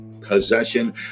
possession